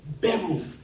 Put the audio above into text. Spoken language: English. Beryl